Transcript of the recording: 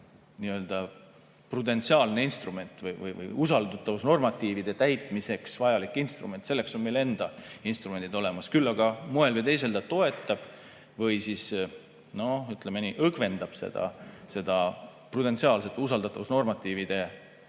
primaarne prudentsiaalne instrument või usaldatavusnormatiivide täitmiseks vajalik instrument. Selleks on meil enda instrumendid olemas. Küll aga [ühel] moel või teisel ta toetab või siis, ütleme nii, õgvendab seda prudentsiaalsete usaldatavusnormatiivide